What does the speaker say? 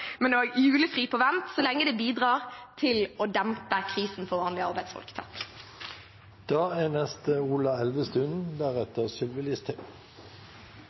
men også julefri på vent så lenge det bidrar til å dempe krisen for vanlige arbeidsfolk.